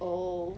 oh